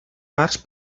parts